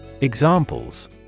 Examples